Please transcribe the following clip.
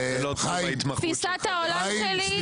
תפיסת העולם שלי,